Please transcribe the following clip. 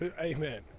Amen